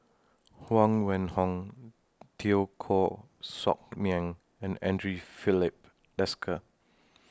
Huang Wenhong Teo Koh Sock Miang and Andre Filipe Desker